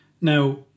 Now